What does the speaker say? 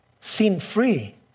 Sin-free